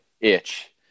itch